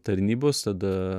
tarnybos tada